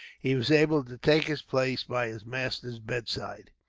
he was able to take his place by his master's bedside.